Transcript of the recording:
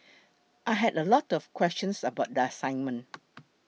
I had a lot of questions about the assignment